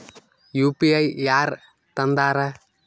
UPI ಯಾರ್ ತಂದಾರ?